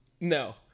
No